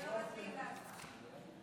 זכות במקרקעין בקבוצת רכישה),